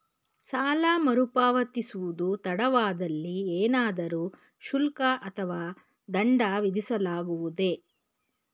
ಸಾಲ ಮರುಪಾವತಿಸುವುದು ತಡವಾದಲ್ಲಿ ಏನಾದರೂ ಶುಲ್ಕ ಅಥವಾ ದಂಡ ವಿಧಿಸಲಾಗುವುದೇ?